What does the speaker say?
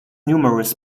numerous